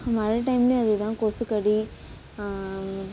மழை டைம்லயும் அதுதான் கொசுக்கடி